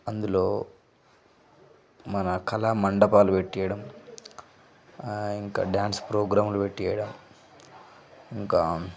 అందులో మన కళా మండపాలు పెట్టియ్యడం ఇంకా డ్యాన్స్ ప్రోగ్రాములు పెట్టియ్యడం ఇంకా